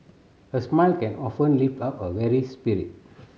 a smile can often lift up a weary spirit